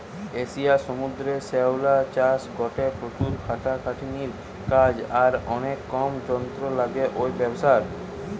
এশিয়ার সমুদ্রের শ্যাওলা চাষ গটে প্রচুর খাটাখাটনির কাজ আর অনেক কম যন্ত্র লাগে ঔ ব্যাবসারে